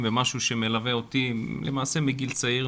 במשהו שמלווה אותי למעשה מגיל צעיר,